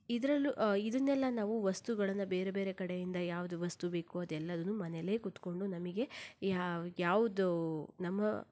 ಇದರಲ್ಲೂ ಇದನ್ನೆಲ್ಲ ನಾವು ವಸ್ತುಗಳನ್ನು ಬೇರೆ ಬೇರೆ ಕಡೆಯಿಂದ ಯಾವುದು ವಸ್ತು ಬೇಕೋ ಅದೆಲ್ಲವನ್ನು ಮನೆಯಲ್ಲೇ ಕೂತ್ಕೊಂಡು ನಮಗೆ ಯಾವ ಯಾವುದು ನಮ್ಮ